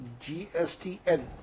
GSTN